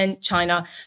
China